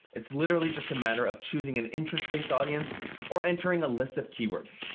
it's literally just a matter of choosing an interest-based audience or entering a list of keywords.